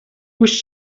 пусть